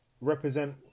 represent